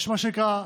מה שנקרא,